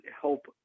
help